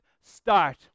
start